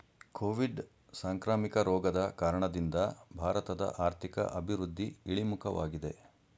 Covid ಸಾಂಕ್ರಾಮಿಕ ರೋಗದ ಕಾರಣದಿಂದ ಭಾರತದ ಆರ್ಥಿಕ ಅಭಿವೃದ್ಧಿ ಇಳಿಮುಖವಾಗಿದೆ